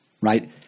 Right